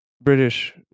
British